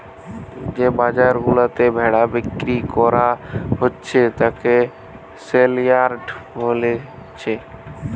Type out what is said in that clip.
যে বাজার গুলাতে ভেড়া বিক্রি কোরা হচ্ছে তাকে সেলইয়ার্ড বোলছে